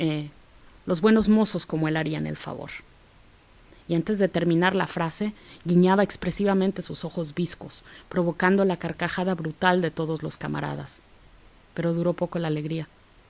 los buenos mozos como él harían el favor y antes de terminar la frase guiñaba expresivamente sus ojos bizcos provocando la carcajada brutal de todos los camaradas pero duró poco la alegría